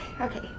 Okay